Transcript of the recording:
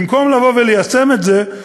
במקום לבוא וליישם את זה,